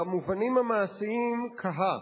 במובנים המעשיים, קהה.